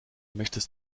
möchtest